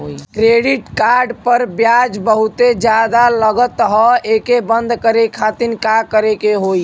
Credit card पर ब्याज बहुते ज्यादा लगत ह एके बंद करे खातिर का करे के होई?